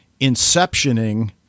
inceptioning